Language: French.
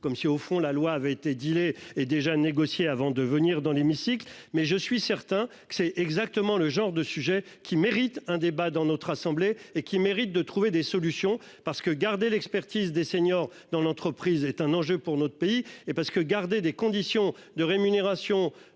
comme si au fond, la loi avait été dit les et déjà négociés avant de venir dans l'hémicycle mais je suis certain que c'est exactement le genre de sujet qui mérite un débat dans notre assemblée et qui méritent de trouver des solutions parce que garder l'expertise des seniors dans l'entreprise est un enjeu pour notre pays et parce que garder des conditions de rémunération